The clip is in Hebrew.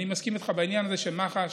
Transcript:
אני מסכים איתך בעניין הזה של מח"ש,